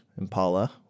Impala